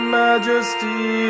majesty